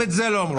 גם את זה לא אמרו.